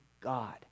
God